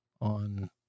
on